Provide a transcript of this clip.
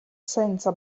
senza